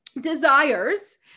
desires